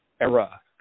era